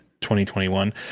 2021